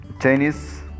Chinese